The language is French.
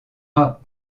rats